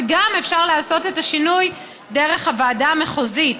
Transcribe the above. וגם אפשר לעשות את השינוי דרך הוועדה המחוזית.